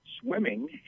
swimming